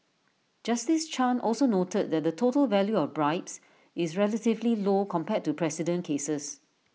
justice chan also noted that the total value of bribes is relatively low compared to precedent cases